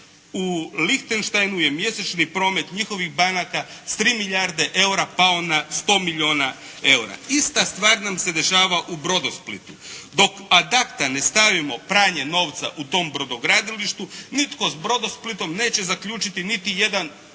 u Lichtensteinu je mjesečni promet njihovih banaka sa 3 milijarde eura pao na 100 milijuna eura. Ista stvar nam se dešava u Brodosplitu. Dok ad acta ne stavimo pranje novca u tom brodogradilištu nitko s Brodosplitom neće zaključiti niti jedan